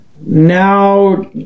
Now